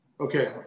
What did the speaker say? Okay